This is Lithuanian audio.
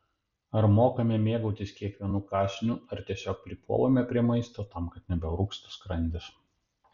ar mokame mėgautis kiekvienu kąsniu ar tiesiog pripuolame prie maisto tam kad nebeurgztų skrandis